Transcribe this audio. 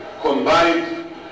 Combined